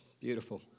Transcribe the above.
beautiful